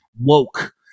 woke